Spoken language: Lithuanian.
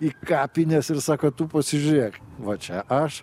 į kapines ir sako tu pasižiūrėk va čia aš